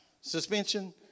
suspension